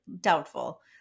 doubtful